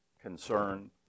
concern